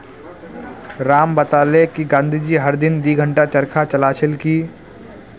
राम बताले कि गांधी जी हर दिन दी घंटा चरखा चला छिल की